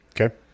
Okay